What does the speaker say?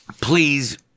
please